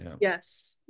Yes